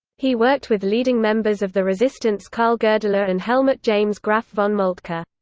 he worked with leading members of the resistance carl goerdeler and helmuth james graf von moltke.